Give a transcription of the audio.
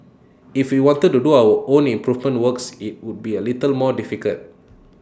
if we wanted to do our own improvement works IT would be A little more difficult